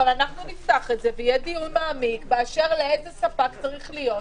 אבל אנחנו נפתח את זה ויהיה דיון מעמיק באשר לאיזה ספק צריך להיות.